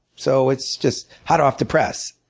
so it's just hot off the press.